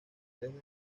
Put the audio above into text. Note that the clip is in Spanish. desde